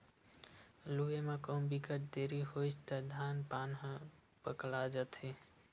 लूए म कहु बिकट देरी होइस त धान पान ह पकला जाथे